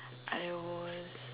I was